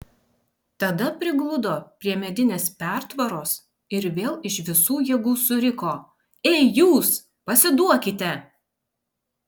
tada prigludo prie medinės pertvaros ir vėl iš visų jėgų suriko ei jūs pasiduokite